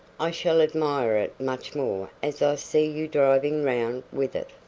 i shall admire it much more as i see you driving round with it.